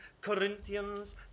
Corinthians